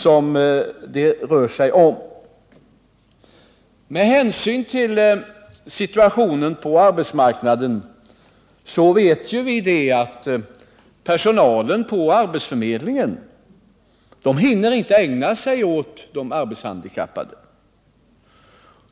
Vi vet att personalen på arbetsförmedlingarna med hänsyn till den rådande situationen på arbetsmarknaden inte hinner ägna sig åt de arbetshandikappade.